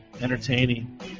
entertaining